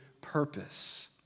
purpose